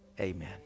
Amen